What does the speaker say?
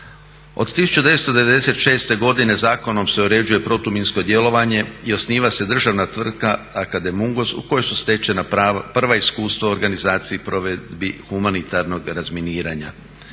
Od 1996.godine zakonom se uređuje protuminsko djelovanje i osniva se državna tvrtka AKD MUNGOS u kojoj su stečena prva iskustva u organizaciji i provedbi humanitarnog razminiranja.